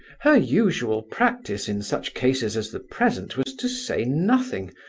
her usual practice in such cases as the present was to say nothing,